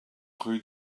rue